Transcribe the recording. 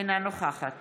אינה נוכחת